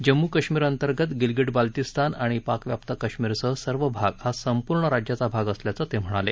जम्मू काश्मीर अंतर्गत गिलगिट बाल्टिस्तान आणि पाकव्याप्त काश्मीर सह सर्व भाग हा संपूर्ण राज्याचा भाग असल्याचं ते म्हणाले